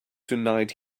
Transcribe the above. tonight